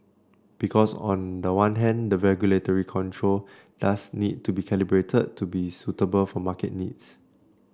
because on the one hand the regulatory control does need to be calibrated to be suitable for market needs